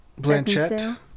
Blanchett